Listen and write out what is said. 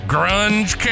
Grunge